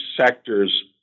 sectors